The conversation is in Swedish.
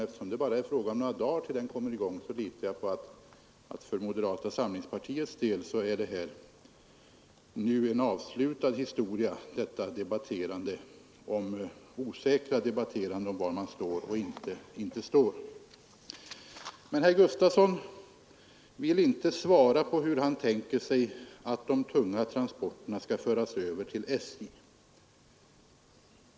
Eftersom det bara är några dagar tills den kommer i gång, så litar jag på att detta osäkra debatterande om vad man står och inte står för i moderata samlingspartiet nu är en avslutad historia, Herr Gustafson i Göteborg vill inte svara på hur han tänker sig att de tunga transporterna skall föras över till SJ.